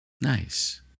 Nice